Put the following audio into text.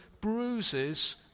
bruises